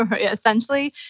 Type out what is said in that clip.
Essentially